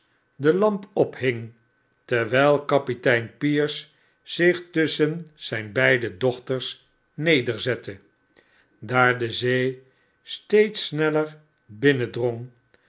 de lampophing terwyl kapitein pierce zich tusschen zyn beide dochters nederzette daar de zee steeds sneller